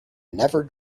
never